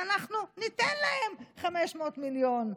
ואנחנו ניתן להם 500 מיליון.